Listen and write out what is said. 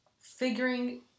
figuring